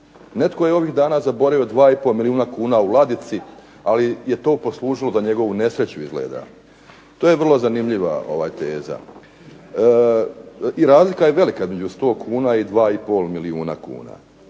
Netko je ovih dana zaboravio 2,5 milijuna kuna u ladici, ali je to poslužilo za njegovu nesreću izgleda. To je zanimljiva teza. I razlika je velika između 100 kuna i 2,5 milijuna kuna.